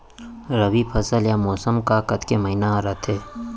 रबि फसल या मौसम हा कतेक महिना हा रहिथे?